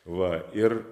va ir